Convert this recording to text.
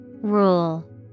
rule